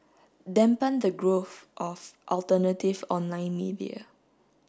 dampen the growth of alternative online media